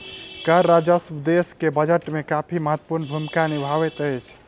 कर राजस्व देश के बजट में काफी महत्वपूर्ण भूमिका निभबैत अछि